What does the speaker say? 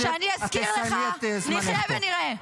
את תסיימי את זמנך פה.